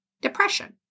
depression